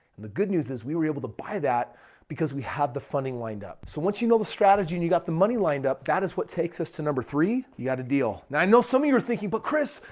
the good news is we were able to buy that because we have the funding lined up. so, once you know the strategy and you got the money lined up, that is what takes us to number three, you got a deal. now, i know some of you were thinking, but kris,